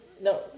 No